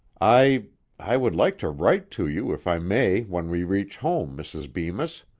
i i would like to write to you if i may when we reach home, mrs. bemis.